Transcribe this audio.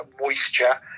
moisture